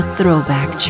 Throwback